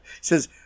says